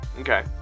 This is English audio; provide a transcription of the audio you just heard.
Okay